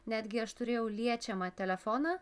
netgi aš turėjau liečiamą telefoną